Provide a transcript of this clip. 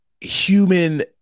human